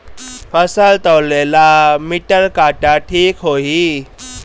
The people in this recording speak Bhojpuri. फसल तौले ला मिटर काटा ठिक होही?